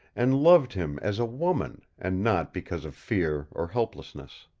and loved him as a woman, and not because of fear or helplessness.